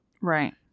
right